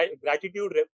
gratitude